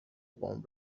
قوم